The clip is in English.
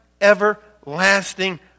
everlasting